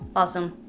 awesome.